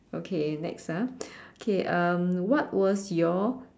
okay next ah okay um what was your